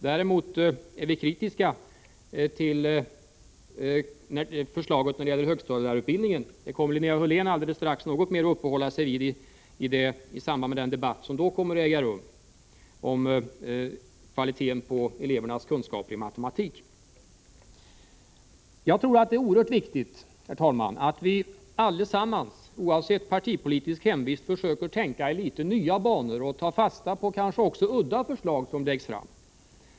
Däremot är vi kritiska till förslaget om högstadielärarutbildningen. Det kommer Linnea Hörlén strax att uppehålla sig vid något mer i samband med den debatt som kommer att äga rum om kvaliteten på elevernas kunskaper i matematik. Jag tror att det är oerhört viktigt, herr talman, att vi alla, oavsett partipolitisk hemvist, försöker tänka i litet nya banor och kanske också ta fasta på litet udda förslag som läggs fram.